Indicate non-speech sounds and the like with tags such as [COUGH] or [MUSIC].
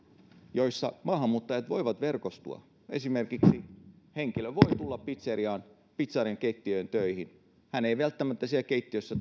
joissa maahanmuuttajat voivat verkostua esimerkiksi henkilö voi tulla pitserian pitserian keittiöön töihin hän ei välttämättä siellä keittiössä [UNINTELLIGIBLE]